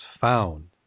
found